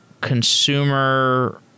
consumer